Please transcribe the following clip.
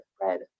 bread